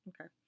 Okay